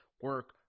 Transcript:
Work